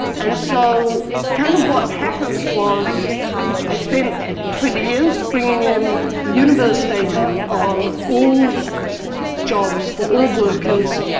and so, kind of what happened was i spent twenty years bringing in universe data on all jobs, for all workers,